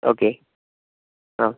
okay ആ